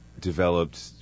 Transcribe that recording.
developed